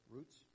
Roots